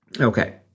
Okay